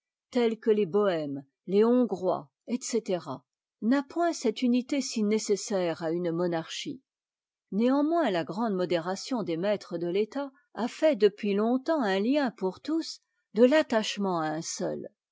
tels que les bohêmes les hongrois etc n'a point cette unité'si nécessaire à une monarchie néanmoins la grande modération des maîtres de l'état a fait depuis longtemps un tien pour tous de l'attachement un seul